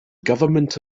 government